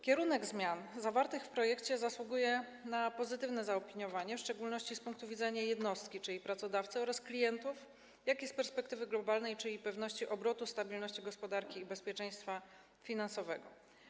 Kierunek zmian zawartych w projekcie zasługuje na pozytywne zaopiniowanie, w szczególności z punktu widzenia jednostki, czyli pracodawcy, oraz klientów, jak i z perspektywy globalnej, czyli pewności obrotu, stabilności gospodarki i bezpieczeństwa finansowego.